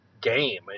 game